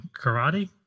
karate